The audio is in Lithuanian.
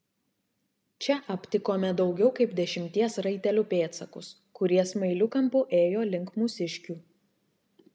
čia aptikome daugiau kaip dešimties raitelių pėdsakus kurie smailiu kampu ėjo link mūsiškių